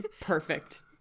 perfect